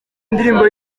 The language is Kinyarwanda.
ndirimbo